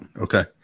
Okay